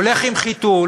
הולך עם חיתול,